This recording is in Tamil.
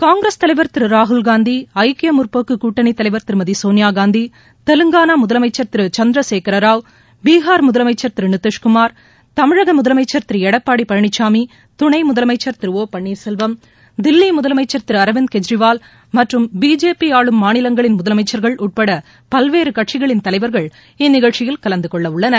காங்கிரஸ் தலைவர் திரு ராகுல் காந்தி ஐக்கிய முற்போக்கு கூட்டணித் தலைவர் திருமதி சோனியா காந்தி தெலங்கானா முதலமைச்சர் திரு சந்திர சேகர ராவ் பீகார் முதலமைச்சர் திரு நிதிஷ்குமார் தமிழக முதலமைச்சர் திரு எடப்பாடி பழனிசாமி துணை முதலமைச்சர் திரு ஓ பன்ளீர் செல்வம் தில்லி முதலமைச்சர் திரு அரவிந்த கெஜ்ரிவால் மற்றும் பிஜேபி ஆளும் மாநிலங்களின் முதலமைச்சர்கள் உட்பட பல்வேறு கட்சிகளின் தலைவர்கள் இந்நிகழ்ச்சியில் கலந்து கொள்ள உள்ளனர்